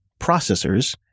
processors